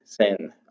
sin